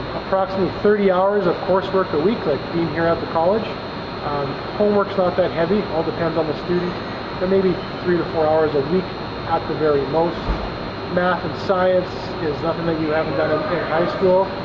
approximately thirty hours of coursework a week like being here at the college homeworks not that heavy all depends on the student there may be three to four hours a week at the very most math and science is nothing that you haven't done high school